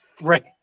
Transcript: right